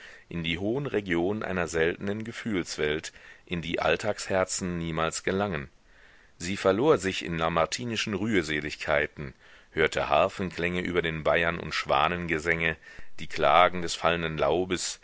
in die hohen regionen einer seltenen gefühlswelt in die alltagsherzen niemals gelangen sie verlor sich in lamartinischen rührseligkeiten hörte harfenklänge über den weihern und schwanengesänge die klagen des fallenden laubes